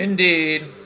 Indeed